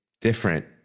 different